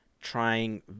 trying